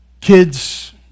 kids